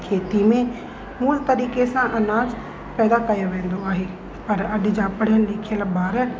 खेती में हुंअ तरीक़े सां अनाजु पैदा कयो वेंदो आहे पर अॼु जा पढ़ियल लिखियल ॿार